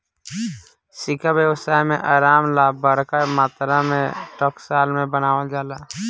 सिक्का व्यवसाय में आराम ला बरका मात्रा में टकसाल में बनावल जाला